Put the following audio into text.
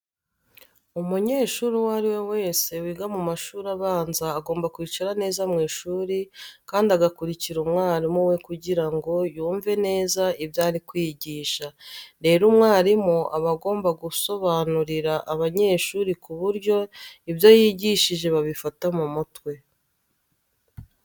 Umunyeshuri uwo ari we wese wiga mu mashuri abanza agomba kwicara neza mu ishuri kandi agakurikira umwarimu we kugira ngo yumve neza ibyo ari kwigishwa. Rero umwarimu aba agomba gusobanurira abanyeshuri ku buryo ibyo yigishije babifata mu mutwe.